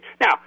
Now